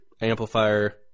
amplifier